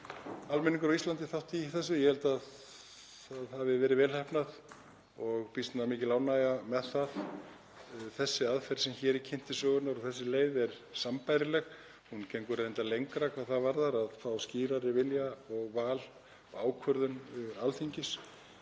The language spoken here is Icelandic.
almenningur, á Íslandi þátt í þessu. Ég held að það hafi verið vel heppnað og býsna mikil ánægja með það. Þessi aðferð sem hér er kynnt til sögunnar og þessi leið er sambærileg. Hún gengur reyndar lengra hvað það varðar að fá skýrari vilja og val og ákvörðun Alþingis.